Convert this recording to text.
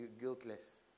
guiltless